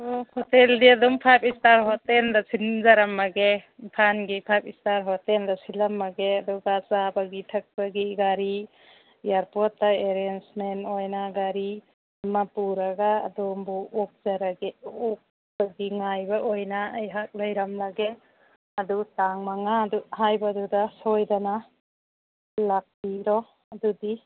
ꯑꯣ ꯑꯣ ꯍꯣꯇꯥꯜꯗꯨꯗꯤ ꯑꯗꯨꯝ ꯐꯥꯏꯚ ꯏꯁꯇꯥꯔ ꯍꯣꯇꯦꯜꯗ ꯁꯤꯟꯖꯔꯝꯃꯒꯦ ꯏꯝꯐꯥꯜꯒꯤ ꯐꯥꯏꯚ ꯏꯁꯇꯥꯔ ꯍꯣꯇꯦꯜꯗ ꯁꯤꯜꯂꯝꯃꯒꯦ ꯑꯗꯨꯒ ꯆꯥꯕꯒꯤ ꯊꯛꯄꯒꯤ ꯒꯥꯔꯤ ꯑꯦꯌꯥꯔꯄ꯭ꯣꯔꯠꯇ ꯑꯦꯔꯦꯟꯖꯃꯦꯟ ꯑꯣꯏꯅ ꯒꯥꯔꯤ ꯑꯃ ꯄꯨꯔꯒ ꯑꯗꯣꯝꯕꯨ ꯑꯣꯛꯆꯔꯒꯦ ꯉꯥꯏꯕ ꯑꯣꯏꯅ ꯑꯩꯍꯥꯛ ꯂꯩꯔꯝꯃꯒꯦ ꯑꯗꯨ ꯇꯥꯡ ꯃꯉꯥꯗꯨ ꯍꯥꯏꯕꯗꯨꯗ ꯁꯣꯏꯗꯅ ꯂꯥꯛꯄꯤꯔꯣ ꯑꯗꯨꯗꯤ